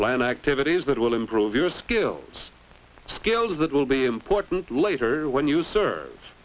plan activities that will improve your skills skills that will be important later when you serve